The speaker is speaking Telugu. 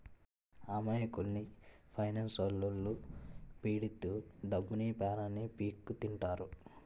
అమాయకుల్ని ఫైనాన్స్లొల్లు పీడిత్తు డబ్బుని, పానాన్ని పీక్కుతింటారు